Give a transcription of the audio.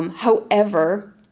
um however,